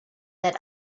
that